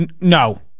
No